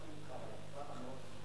כנסת נכבדה, ביהושע